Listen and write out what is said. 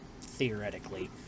theoretically